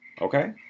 Okay